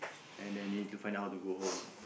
and then you need find how to go home